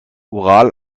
oral